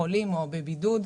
חולים או בבידוד,